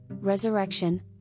Resurrection